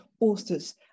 authors